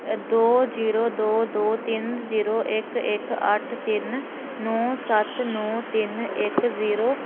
दो जीरो दो दो तिन्न जीरो इक इक अट्ठ तिन नौ सत्त इक जीरो